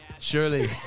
Surely